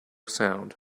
sound